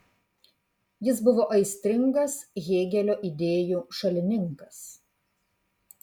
jis buvo aistringas hėgelio idėjų šalininkas